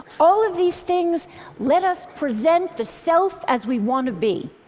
all of these things let us present the self as we want to be.